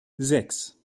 sechs